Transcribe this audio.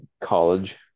college